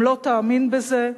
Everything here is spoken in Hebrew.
אם לא תאמין בזה,